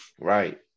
Right